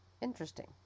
interesting